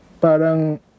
parang